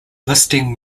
listing